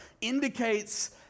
indicates